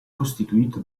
costituito